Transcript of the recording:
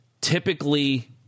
typically